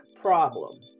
problem